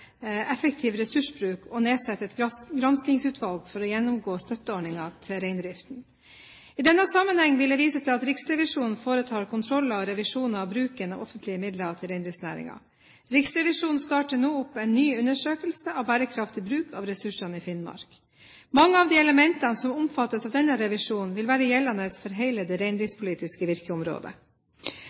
effektiv ressursbruk å nedsette et granskingsutvalg for å gjennomgå støtteordningene til reindriftsnæringen. I denne sammenheng vil jeg vise til at Riksrevisjonen foretar kontroller og revisjoner av bruken av offentlige midler til reindriftsnæringen. Riksrevisjonen starter nå opp en ny undersøkelse av bærekraftig bruk av ressursene i Finnmark. Mange av de elementene som omfattes av denne revisjonen, vil være gjeldende for hele det reindriftspolitiske virkeområdet.